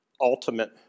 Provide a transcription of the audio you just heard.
ultimate